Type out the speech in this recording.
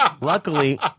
luckily